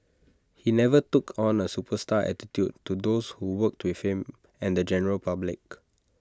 he never took on A superstar attitude to those who worked with him and the general public